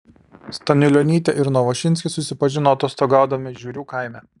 staniulionytė ir novošinskis susipažino atostogaudami žiurių kaime